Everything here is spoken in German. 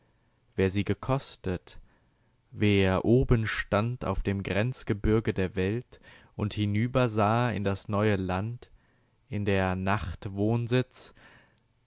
wer sie gekostet wer oben stand auf dem grenzgebürge der welt und hinübersah in das neue land in der nacht wohnsitz